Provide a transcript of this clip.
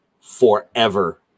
forever